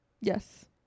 yes